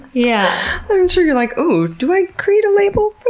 yeah sure you're like, ooh, do i create a label for